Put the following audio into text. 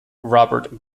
robert